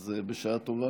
אז בשעה טובה.